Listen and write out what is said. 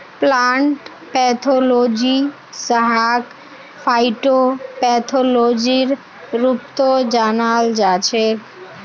plant pathology जहाक फाइटोपैथोलॉजीर रूपतो जानाल जाछेक